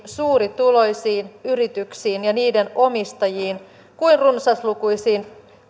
suurituloisiin yrityksiin ja niiden omistajiin kuin runsaslukuisiin